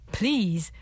Please